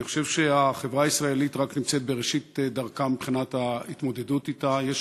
אני חושב שהחברה הישראלית נמצאת רק בראשית דרכה מבחינת ההתמודדות אתה.